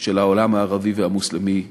של העולם הערבי והמוסלמי בכלל.